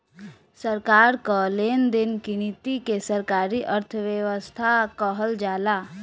सरकार कअ लेन देन की नीति के सरकारी अर्थव्यवस्था कहल जाला